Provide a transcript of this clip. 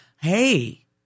hey